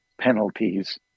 penalties